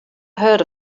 heard